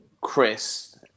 Chris